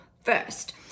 first